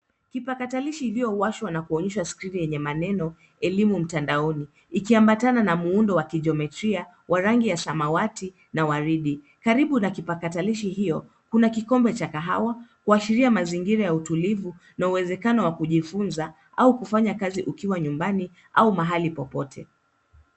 Kipakatalishi iliyouwashwa na kuonyesha skrini yenye maneno elimu mtandaoni ikiambatana na muundo wa kijometria wa rangi ya samawati na waridi ,karibu na kipakatalishi hiyo kuna kikombe cha kahawa kuashiria mazingira ya utulivu na uwezekano wa kujifunza au kufanya kazi ukiwa nyumbani au mahali popote.